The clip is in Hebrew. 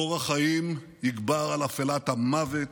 אור החיים יגבר על אפלת המוות,